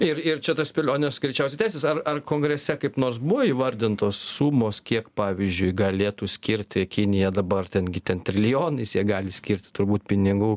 ir ir čia dar spėlionės greičiausiai tęsis ar ar kongrese kaip nors buvo įvardintos sumos kiek pavyzdžiui galėtų skirti kinija dabar ten gi ten trilijonais jie gali skirti turbūt pinigų